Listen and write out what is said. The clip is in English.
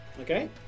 Okay